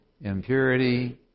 impurity